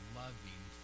loving